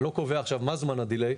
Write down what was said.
אני לא קובע עכשיו מה זמן ה-delay,